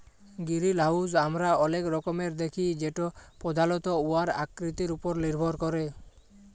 greenhouse আমরা অলেক রকমের দ্যাখি যেট পধালত উয়ার আকৃতির উপর লির্ভর ক্যরে